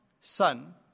Son